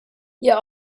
your